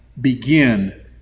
begin